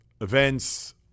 events